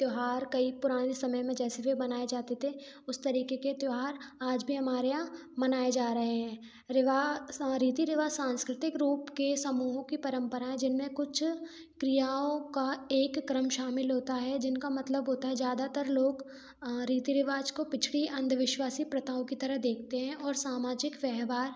त्योहार कई पुराने समय में जैसे भी मनाए जाते थे उस तरीके के त्यौहार आज भी हमारे यहाँ मनाए जा रहे हैं रिवाज रीति रिवाज सांस्कृतिक रूप के समूहों की परंपराएं जिनमें कुछ क्रियाओं का एक क्रम शामिल होता है जिनका मतलब होता है ज्यादातर लोग अ रीति रिवाज को पिछड़ी अंधविश्वासी प्रथाओं की तरह देखते हैं और सामाजिक व्यवहार